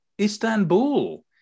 istanbul